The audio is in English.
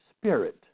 spirit